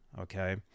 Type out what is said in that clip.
Okay